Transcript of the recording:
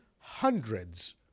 hundreds